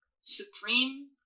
supreme